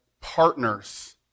partners